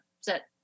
set